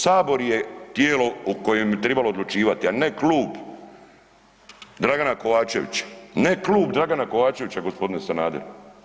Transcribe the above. Sabor je tijelo u kojem bi tribalo odlučivati, a ne klub Dragana Kovačevića, ne klub Dragana Kovačevića gospodine Sanader.